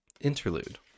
interlude